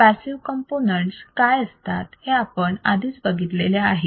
passive components काय असतात हे आपण आधीच बघितलेले आहे